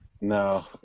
No